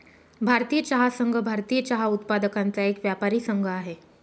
भारतीय चहा संघ, भारतीय चहा उत्पादकांचा एक व्यापारी संघ आहे